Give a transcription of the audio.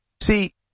see